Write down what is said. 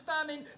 famine